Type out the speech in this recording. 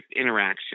interaction